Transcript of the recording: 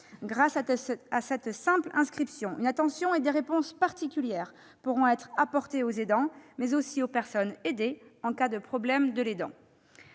Grâce à cette simple inscription, une attention et des réponses particulières pourront être apportées aux aidants, mais aussi aux personnes aidées en cas de problème de l'aidant.